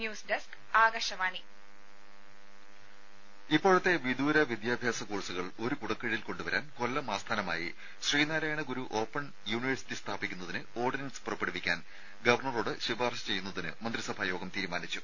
രുമ ഇപ്പോഴത്തെ വിദൂര വിദ്യാഭ്യാസ കോഴ്സുകൾ ഒരു കുടക്കീഴിൽ കൊണ്ടുവരാൻ കൊല്ലം ആസ്ഥാനമായി ശ്രീനാരായണ ഗുരു ഓപ്പൺ യൂണിവേഴ്സിറ്റി സ്ഥാപിക്കുന്നതിന് ഓർഡിനൻസ് പുറപ്പെടുവിക്കാൻ ഗവർണറോട് ശുപാർശ ചെയ്യുന്നതിന് മന്ത്രിസഭാ യോഗം തീരുമാനിച്ചു